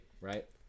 right